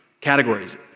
categories